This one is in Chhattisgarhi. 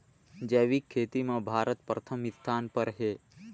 जैविक खेती म भारत प्रथम स्थान पर हे